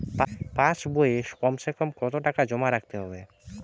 পাশ বইয়ে কমসেকম কত টাকা জমা রাখতে হবে?